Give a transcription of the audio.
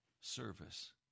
service